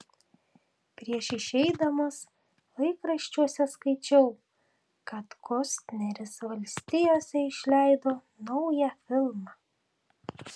prieš išeidamas laikraščiuose skaičiau kad kostneris valstijose išleido naują filmą